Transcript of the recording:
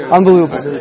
Unbelievable